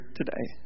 today